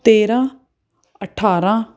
ਤੇਰਾਂ ਅਠਾਰਾਂ